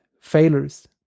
failures